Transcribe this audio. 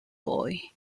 boy